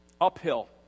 uphill